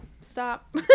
stop